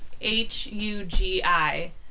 H-U-G-I